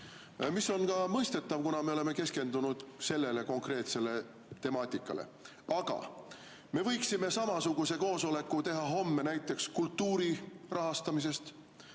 mis on ka mõistetav, kuna me oleme keskendunud sellele konkreetsele temaatikale. Me võiksime samasuguse koosoleku teha homme näiteks kultuuri rahastamisest,